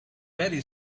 very